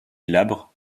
glabres